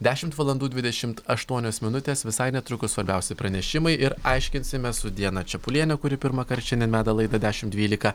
dešimt valandų dvidešimt aštuonios minutės visai netrukus svarbiausi pranešimai ir aiškinsimės su diana čepuliene kuri pirmąkart šiandien veda laidą dešimt dvylika